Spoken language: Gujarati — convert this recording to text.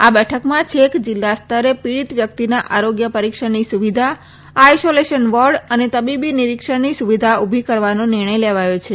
આ બેઠકમાં છેક જિલ્લા સ્તરે પીડિત વ્યક્તિના આરોગ્ય પરિક્ષણની સુવિધા આઈસોલેશન વોર્ડ અને તબિબિ નિરિક્ષણની સુવિધાઓ ઉભી કરવાનો નિર્ણય લેવાયો છે